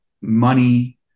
money